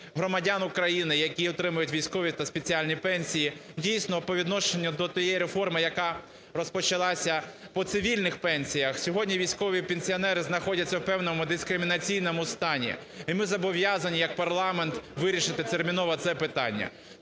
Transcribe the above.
громадян України, які отримують військові та спеціальні пенсії. Дійсно, по відношенню до тієї реформи, яка розпочалася по цивільних пенсіях, сьогодні військові пенсіонери знаходяться у певному дискримінаційному стані, і ми зобов'язані як парламент вирішити терміново це питання.